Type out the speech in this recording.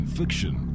fiction